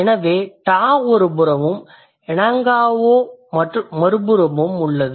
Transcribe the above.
எனவே ta ஒருபுறமும் engao மறுபுறமும் உள்ளது